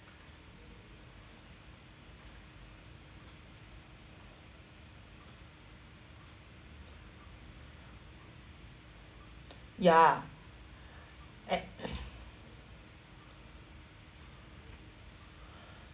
ya at